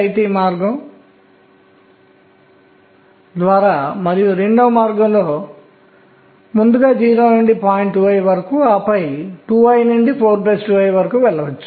n l అనేది 5 కానీ n 4 l 1 n l అనేది మళ్లీ 5